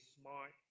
smart